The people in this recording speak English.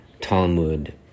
Talmud